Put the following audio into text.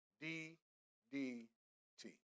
D-D-T